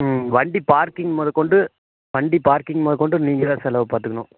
ம் வண்டி பார்க்கிங் முத கொண்டு வண்டி பார்க்கிங் முத கொண்டு நீங்கள்தான் செலவு பார்த்துக்கணும்